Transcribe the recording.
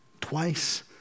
twice